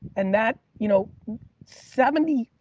and that you know seventy,